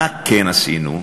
מה כן עשינו?